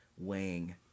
weighing